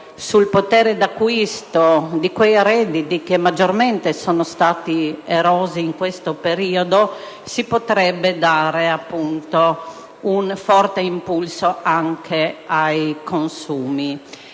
sul potere d'acquisto di quei redditi che maggiormente sono stati erosi in questo periodo, si potrebbe dare, appunto, un forte impulso anche ai consumi.